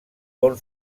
bon